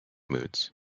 moods